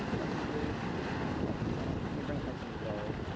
light width and light length. let me bring it nice and low.